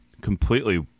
completely